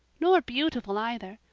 nor beautiful, either.